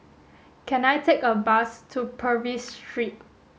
can I take a bus to Purvis Street